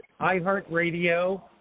iHeartRadio